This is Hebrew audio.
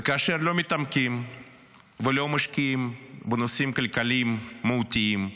וכאשר לא מתעמקים ולא משקיעים בנושאים כלכליים מהותיים,